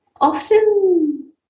often